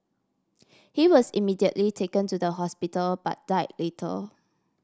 he was immediately taken to the hospital but died later